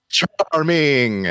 charming